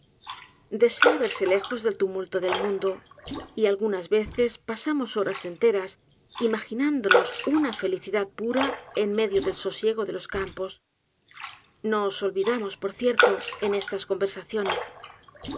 desea verse lejos del tumulto del mundo y algunas veces pasa mos horas enteras imaginándonos una felicidad pura en medio del sosiego de los campos no os olvidamos por cierto en estas conversaciones